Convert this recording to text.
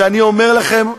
שאני אומר לכם,